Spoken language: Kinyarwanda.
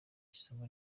isomo